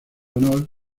honor